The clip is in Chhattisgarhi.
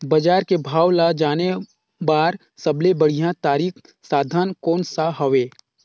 बजार के भाव ला जाने बार सबले बढ़िया तारिक साधन कोन सा हवय?